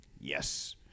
Yes